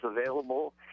available